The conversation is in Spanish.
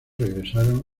regresaron